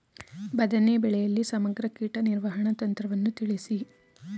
ಬದನೆ ಬೆಳೆಯಲ್ಲಿ ಸಮಗ್ರ ಕೀಟ ನಿರ್ವಹಣಾ ತಂತ್ರವನ್ನು ತಿಳಿಸಿ?